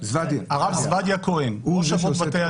--- הרב זבדיה כהן, ראש אבות בתי הדין.